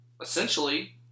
essentially